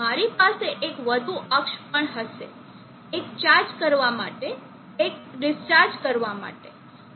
મારી પાસે એક વધુ અક્ષ પણ હશે એક ચાર્જ કરવા માટે એક ડિસ્ચાર્જ કરવા માટે